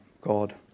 God